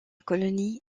colonie